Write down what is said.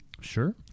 Sure